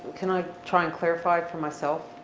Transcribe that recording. can i try and clarify for myself?